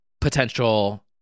potential